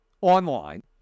online